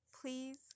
Please